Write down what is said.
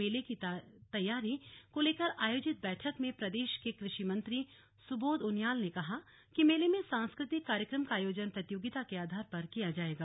मेले की तैयारी को लेकर आयोजित बैठक में प्रदेश के कृषि मंत्री सुबोध उनियाल ने कहा कि मेले में सांस्कृतिक कार्यक्रम का आयोजन प्रतियोगिता के आधार पर किया जाएगा